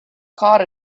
caught